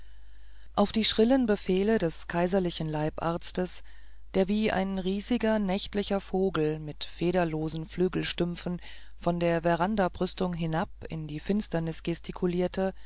auf die schrillen befehle des kaiserlichen leibarztes der wie ein riesiger nächtlicher vogel mit federlosen flügelstümpfen von der verandabrüstung hinab in die finsternis gestikulierte